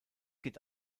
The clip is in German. geht